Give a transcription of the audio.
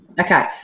Okay